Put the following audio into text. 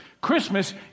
Christmas